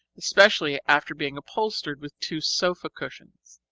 especially after being upholstered with two sofa cushions.